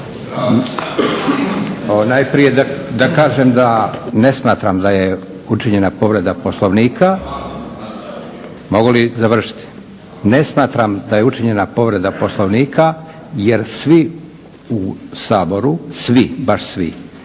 li završiti? Ne smatram da je učinjena povreda Poslovnika jer svi u Saboru, svi, baš svi,